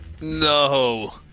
No